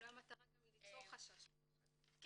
אולי המטרה גם היא ליצור חשש, ופחד.